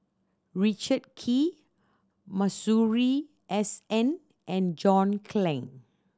Richard Kee Masuri S N and John Clang